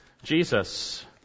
Jesus